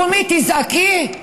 קומי תזעקי.